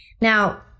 Now